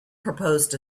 proposed